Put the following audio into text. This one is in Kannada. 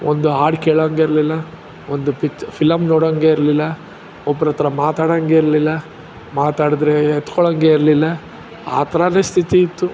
ಒಂದು ಹಾಡ್ ಕೇಳೋಂಗೆ ಇರಲಿಲ್ಲ ಒಂದು ಪಿಚ್ಚರ್ ಫಿಲಮ್ ನೋಡೊಂಗೆ ಇರಲಿಲ್ಲ ಒಬ್ರ ಹತ್ರ ಮಾತಾಡೋಂಗೆ ಇರಲಿಲ್ಲ ಮಾತಾಡಿದ್ರೆ ಎತ್ಕೊಳೋಂಗೆ ಇರಲಿಲ್ಲ ಆ ಥರಾ ಸ್ಥಿತಿಯಿತ್ತು